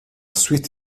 suite